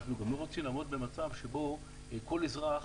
אנחנו גם לא רוצים לעמוד במצב שבו כל אזרח